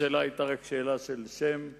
השאלה היתה רק שאלה של שם,